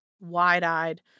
wide-eyed